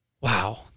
wow